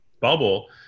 bubble –